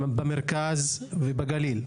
במרכז ובגליל.